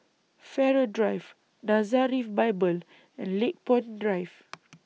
Farrer Drive Nazareth Bible and Lakepoint Drive